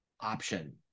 option